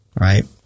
right